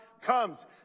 comes